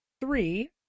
three